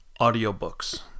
audiobooks